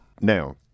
Now